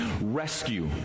Rescue